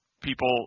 people